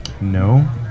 no